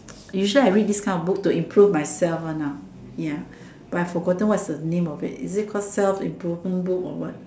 usually I read this kind of book to improve myself one ah ya but I forgotten what is the name of it is it called self improvement book or what